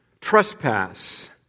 Trespass